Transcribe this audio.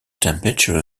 temperature